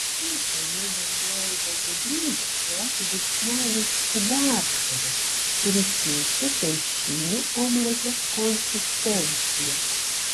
kita jo naudojama gudrybė yra žiupsnelis ciberžolės kuri keičia kiaušinių omlete konsistenciją